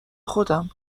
خودم